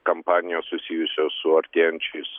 kampanijos susijusios su artėjančiais